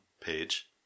page